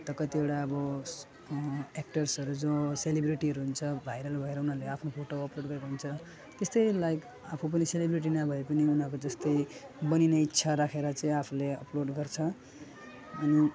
त कतिवटा अब एक्टर्सहरू जो सेलिब्रेटीहरू हुन्छ भाइरल भएर उनीहरूले आफ्नो फोटो अपलोड गरेको हुन्छ त्यस्तै लाइक आफू पनि सेलिब्रेटी नभए पनि उनीहरूको जस्तै बनिने इच्छा राखेर चाहिँ आफूले अपलोड गर्छु अनि